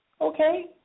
Okay